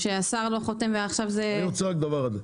שהשר לא חותם ועכשיו זה --- אני רוצה רק דבר אחד.